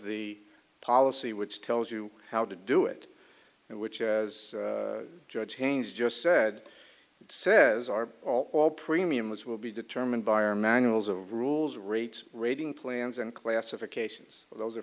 the policy which tells you how to do it and which as judge changed just said it says are all your premiums will be determined by our manuals of rules rate rating plans and classifications of those